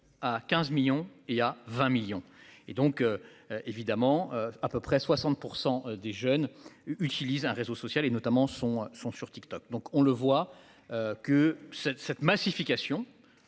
à 15 millions et il y a 20 millions et donc. Évidemment, à peu près 60% des jeunes utilisent un réseau social et notamment son son sur TikTok. Donc on le voit. Que cette cette massification.